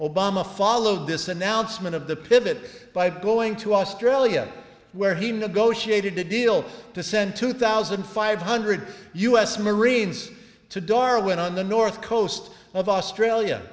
obama followed this announcement of the pivot by going to australia where he negotiated a deal to send two thousand five hundred u s marines to darwin on the north coast of australia